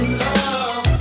love